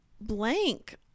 blank